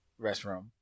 restroom